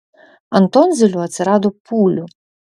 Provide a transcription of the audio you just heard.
ant tonzilių atsirado pūlių